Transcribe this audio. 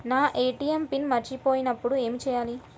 నా ATM PIN మర్చిపోయినప్పుడు ఏమి చేయాలి?